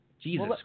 Jesus